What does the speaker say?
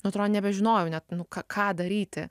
nu atrodo nebežinojau net nu ką ką daryti